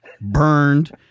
burned